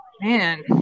man